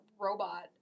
robot